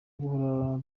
guhora